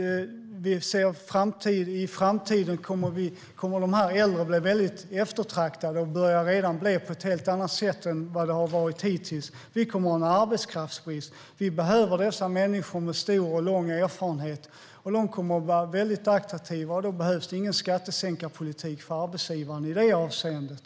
I framtiden kommer de äldre att bli eftertraktade. Det börjar de redan bli på ett helt annat sätt än hittills. Vi kommer att ha en arbetskraftsbrist och behöver då dessa människor med stor och lång erfarenhet. De kommer att vara attraktiva, och då behövs det ingen skattesänkarpolitik för arbetsgivarna i det avseendet.